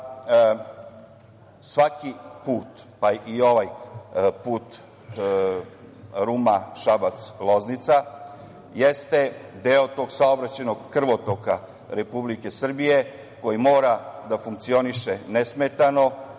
svaki put, pa i ovaj put Ruma-Šabac-Loznica, jeste deo tog saobraćajnog krvotoka Republike Srbije koji mora da funkcioniše nesmetano,